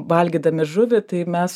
valgydami žuvį tai mes